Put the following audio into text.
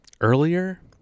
earlier